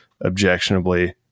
objectionably